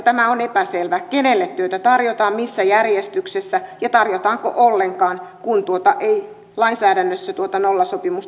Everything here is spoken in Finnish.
nollasoppareissa on epäselvää kenelle työtä tarjotaan missä järjestyksessä ja tarjotaanko ollenkaan kun lainsäädännössä tuota nollasopimusta ei tunneta